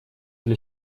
для